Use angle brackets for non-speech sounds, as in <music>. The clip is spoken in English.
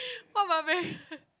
what barbarian <laughs>